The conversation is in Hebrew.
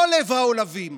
עולב העולבים.